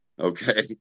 okay